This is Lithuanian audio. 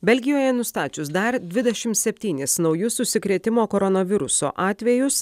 belgijoje nustačius dar dvidešimt septynis naujus užsikrėtimo koronavirusu atvejus